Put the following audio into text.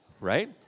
right